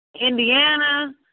Indiana